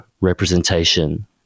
representation